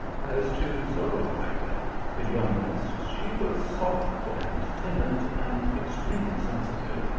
as to zorahayda, the youngest, she was soft and timid, and extremely sensitive,